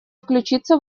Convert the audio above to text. включиться